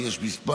כי יש מספר.